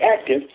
active